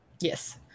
Yes